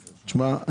שמע,